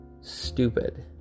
stupid